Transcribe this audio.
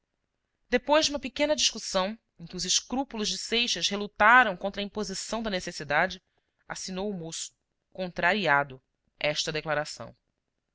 depois de uma pequena discussão em que os escrúpulos de seixas relutaram contra a imposição da necessidade assinou o moço contrariado esta declaração